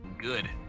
Good